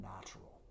natural